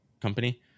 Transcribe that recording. company